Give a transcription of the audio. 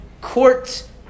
court